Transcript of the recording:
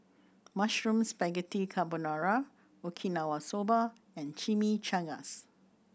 Mushroom Spaghetti Carbonara Okinawa Soba and Chimichangas